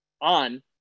on